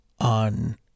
on